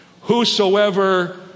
whosoever